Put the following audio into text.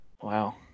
Wow